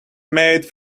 made